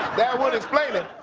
that would explain it.